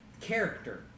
Character